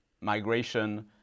migration